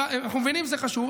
אנחנו מבינים שזה חשוב.